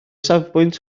safbwynt